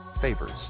favors